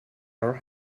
our